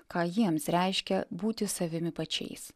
ką jiems reiškia būti savimi pačiais